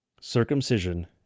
Circumcision